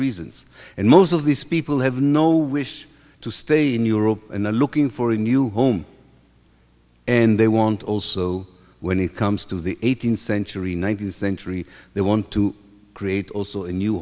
reasons and most of these people have no wish to stay in europe and they're looking for a new home and they want also when it comes to the eighteenth century nineteenth century they want to create also a